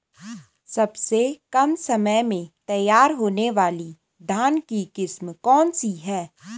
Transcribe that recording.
सबसे कम समय में तैयार होने वाली धान की किस्म कौन सी है?